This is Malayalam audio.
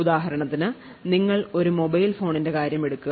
ഉദാഹരണത്തിന് നിങ്ങൾ ഒരു മൊബൈൽ ഫോണിന്റെ കാര്യം എടുക്കുക